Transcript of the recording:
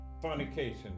fornication